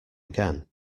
again